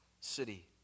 city